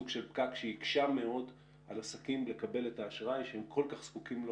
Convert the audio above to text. פקק שהקשה מאוד על עסקים לקבל את האשראי שהם כל כך היו זקוקים לו